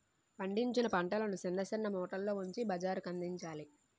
పండించిన పంటలను సిన్న సిన్న మూటల్లో ఉంచి బజారుకందించాలి